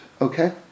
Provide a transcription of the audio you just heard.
Okay